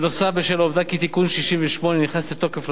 בשל העובדה כי תיקון מס' 68 נכנס לתוקף לאחרונה,